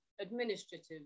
administrative